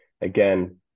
Again